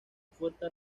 fuerte